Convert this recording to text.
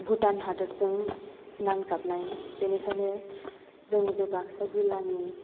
भुटान हादरजों नांजाबनाय बेनिखायनो बे जोंनि बाक्सा जिल्लानि